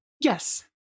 Yes